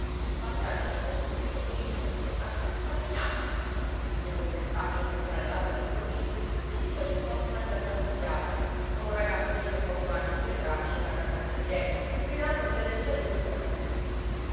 niente quand'era già montato sul biroccino per ritornarsene a stravignano con tutto quel ventaccio che s'era levato all'improvviso gli si fece incontro una certa nunziata con un ragazzo di circa otto anni su le braccia e una capretta dietro gridando che le desse ajuto per amor di dio